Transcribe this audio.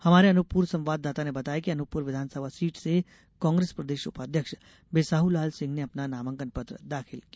हमारे अनूपपुर संवादादाता ने बताया है कि अनूपपुर विधानसभा सीट से कांग्रेस प्रदेश उपाध्यक्ष बिसाहुलाल सिंह ने अपना नामांकन पत्र दाखिल किया